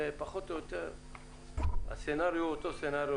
ופחות או יותר הסצנריו הוא אותו סצנריו,